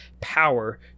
power